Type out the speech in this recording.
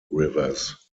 rivers